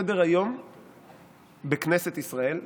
בסדר-היום בכנסת ישראל,